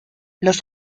los